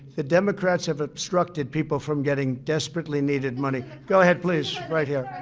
the democrats have obstructed people from getting desperately needed money. go ahead, please, right here.